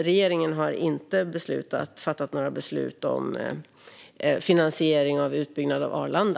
Regeringen har dock inte fattat några beslut om finansiering av en utbyggnad av Arlanda.